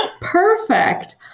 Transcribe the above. Perfect